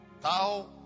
thou